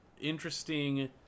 interesting